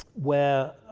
where